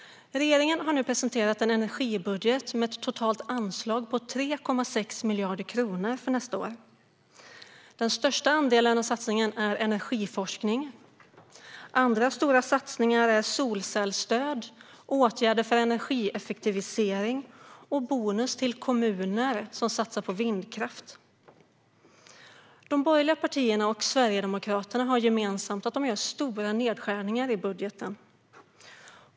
Regeringen har nu presenterat en energibudget med ett totalt anslag på 3,6 miljarder kronor för nästa år. Den största andelen är satsningen på energiforskning. Andra stora satsningar gäller solcellsstöd, åtgärder för energieffektivisering och bonus till kommuner som satsar på vindkraft. De borgerliga partierna och Sverigedemokraterna har gemensamt att de gör stora nedskärningar i budgeten.